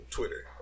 Twitter